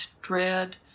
dread